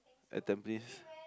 at Tampines